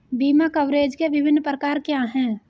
बीमा कवरेज के विभिन्न प्रकार क्या हैं?